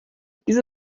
diese